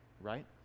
right